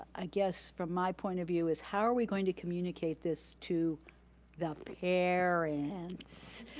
i guess from my point of view, is how are we going to communicate this to the parents?